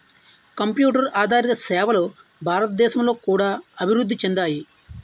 computer ఆదారిత సేవలు భారతదేశంలో కూడా అభివృద్ధి చెందాయి